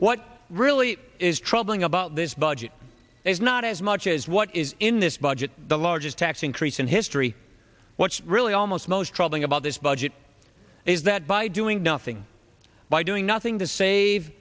what really is troubling about this budget is not as much as what is in this budget the largest tax increase in history what's really almost most troubling about this budget is that by doing nothing by doing nothing to save